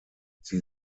sie